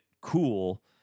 cool